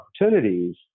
opportunities